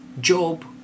job